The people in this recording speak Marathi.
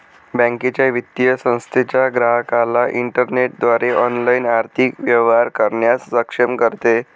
बँकेच्या, वित्तीय संस्थेच्या ग्राहकाला इंटरनेटद्वारे ऑनलाइन आर्थिक व्यवहार करण्यास सक्षम करते